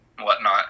whatnot